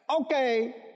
Okay